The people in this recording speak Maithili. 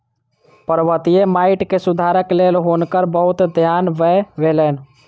पर्वतीय माइट मे सुधारक लेल हुनकर बहुत धन व्यय भेलैन